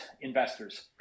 investors